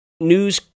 news